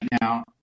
now